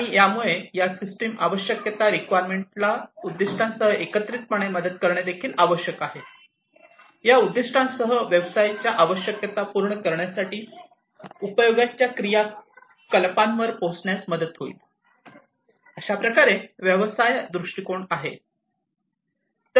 आणि यामुळे या सिस्टम आवश्यकतां रिक्वायरमेंटना या उद्दीष्टासह एकत्रितपणे मदत करणे देखील आवश्यक आहे या उद्दीष्टेसह व्यवसायाच्या आवश्यकता पूर्ण करण्यासाठी उपयोगाच्या क्रियाकलापांवर पोचण्यास मदत होईल हा व्यवसाय दृष्टिकोन आहे